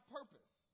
purpose